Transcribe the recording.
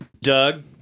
Doug